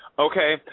Okay